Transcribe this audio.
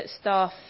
staff